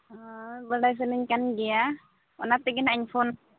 ᱦᱚᱸ ᱵᱟᱰᱟᱭ ᱥᱟᱱᱟᱧ ᱠᱟᱱ ᱜᱮᱭᱟ ᱚᱱᱟ ᱛᱮᱜᱮ ᱱᱟᱜ ᱤᱧ ᱯᱷᱳᱱ